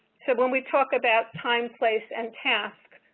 so, when we talk about time, place and task,